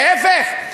להפך.